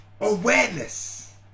awareness